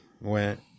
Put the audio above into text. went